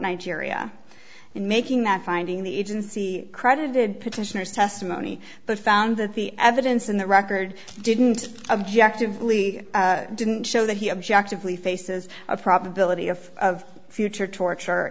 nigeria in making that finding the agency credited petitioner's testimony but found that the evidence in the record didn't objective lee didn't show that he objected lee faces a probability of future torture